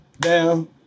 down